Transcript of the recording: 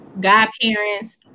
godparents